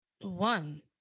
one